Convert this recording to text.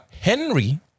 Henry